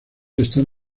están